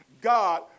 God